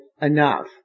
enough